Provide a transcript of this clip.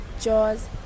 jaws